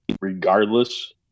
regardless